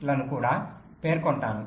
6 లను కూడా పేర్కొంటాను